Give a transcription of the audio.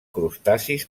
crustacis